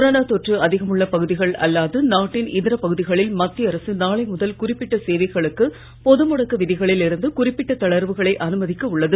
corona தொற்று அதிகமுள்ள பகுதிகள் அல்லாது நாட்டின் இதர பகுதிகளில் மத்திய அரசு நாளை முதல் குறிப்பிட்ட சேவைகளுக்கு பொது முடக்க விதிகளில் இருந்து குறிப்பிட்ட தளர்வுகளை அனுமதிக்க உள்ளது